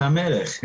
אתה מלך.